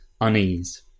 unease